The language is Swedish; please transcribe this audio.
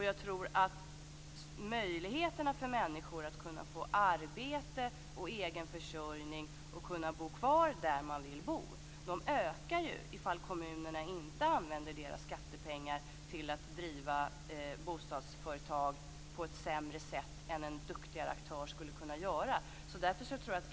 Jag tror att människors möjligheter att få arbete och egen försörjning och bo kvar där de vill bo ökar om kommunerna inte använder deras skattepengar till att driva bostadsföretag på ett sämre sätt än en duktigare aktör skulle kunna göra.